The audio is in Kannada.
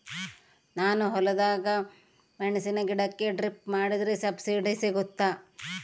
ನಾನು ಹೊಲದಾಗ ಮೆಣಸಿನ ಗಿಡಕ್ಕೆ ಡ್ರಿಪ್ ಮಾಡಿದ್ರೆ ಸಬ್ಸಿಡಿ ಸಿಗುತ್ತಾ?